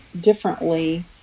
differently